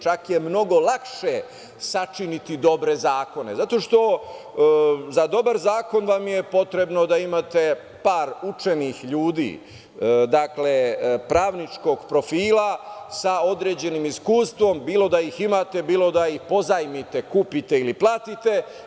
Čak je mnogo lakše sačiniti dobre zakone, zato što je za dobar zakon potrebno da imate par učenih ljudi, pravničkog profila sa određenim iskustvom, bilo da ih imate, bilo da ih pozajmite, kupite ili platite.